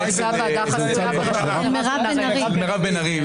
הייתה ועדה חסויה בראשות מירב בן ארי.